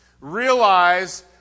Realize